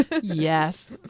Yes